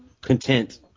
content